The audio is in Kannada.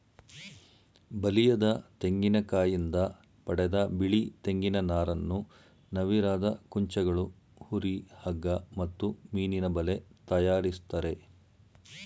ಬಲಿಯದ ತೆಂಗಿನಕಾಯಿಂದ ಪಡೆದ ಬಿಳಿ ತೆಂಗಿನ ನಾರನ್ನು ನವಿರಾದ ಕುಂಚಗಳು ಹುರಿ ಹಗ್ಗ ಮತ್ತು ಮೀನಿನಬಲೆ ತಯಾರಿಸ್ತರೆ